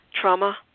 trauma